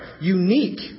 unique